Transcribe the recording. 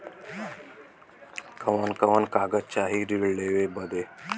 कवन कवन कागज चाही ऋण लेवे बदे?